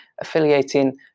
affiliating